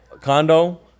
condo